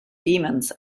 demons